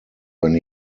when